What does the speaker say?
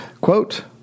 Quote